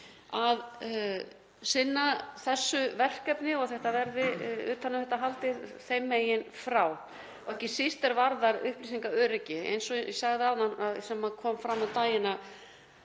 að sinna þessu verkefni og að það verði utan um þetta haldið þeim megin frá, ekki síst er varðar upplýsingaöryggi. Eins og ég sagði áðan, sem kom fram um daginn,